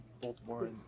Baltimore